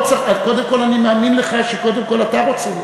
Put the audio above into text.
קודם כול, אני מאמין לך שקודם כול אתה רוצה.